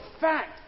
fact